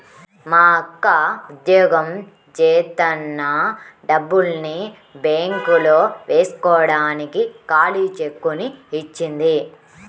మా అక్క ఉద్యోగం జేత్తన్న డబ్బుల్ని బ్యేంకులో వేస్కోడానికి ఖాళీ చెక్కుని ఇచ్చింది